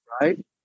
right